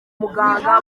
muganga